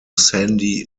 sandy